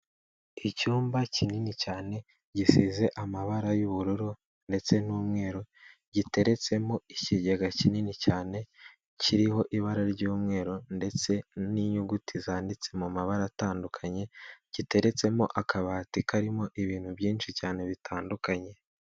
Icyumba kinini cyane gisize amabara y'ubururu ndetse n'umweru giteretsemo ikigega kinini cyane kiriho ibira ry'umweru ndetse n'inyuguti zanditse mu amabara atandukanye giteretsemo akabati karimo ibintu byinshi cyane bitandukanye.